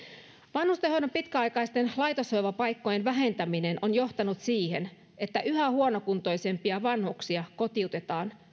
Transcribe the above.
vanhustenhoidon pitkäaikaisten laitoshoivapaikkojen vähentäminen on johtanut siihen että yhä huonokuntoisempia vanhuksia kotiutetaan